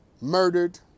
murdered